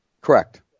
Correct